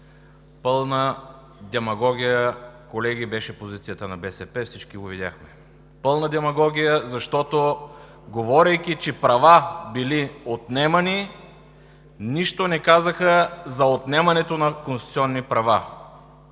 Пълна демагогия, колеги, беше позицията на БСП – всички го видяхме. Пълна демагогия, защото, говорейки, че права били отнемани, нищо не казаха за отнемането на конституционни права!